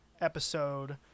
episode